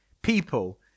people